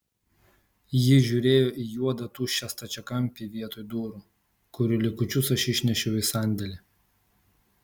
ji žiūrėjo į juodą tuščią stačiakampį vietoj durų kurių likučius aš išnešiau į sandėlį